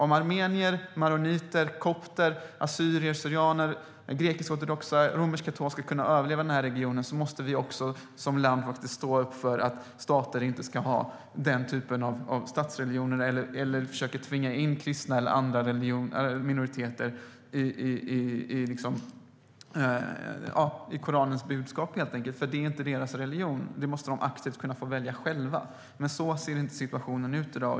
Om armenier, maroniter, kopter, assyrier, syrianer, grekisk-ortodoxa och romersk-katolska ska kunna överleva i den här regionen måste vi också som land faktiskt stå upp för att stater inte ska ha den typen av statsreligioner eller försöka tvinga in kristna eller andra minoriteter i Koranens budskap. Det är inte deras religion. De måste aktivt kunna få välja själva, men så ser inte situationen ut i dag.